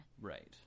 Right